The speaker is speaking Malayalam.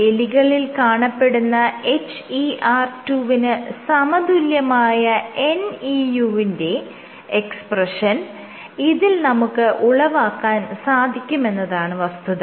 എലികളിൽ കാണപ്പെടുന്ന HER 2 വിന് സമതുല്യമായ NEU ന്റെ എക്സ്പ്രെഷൻ ഇതിൽ നമുക്ക് ഉളവാക്കാൻ സാധിക്കുമെന്നതാണ് വസ്തുത